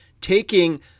taking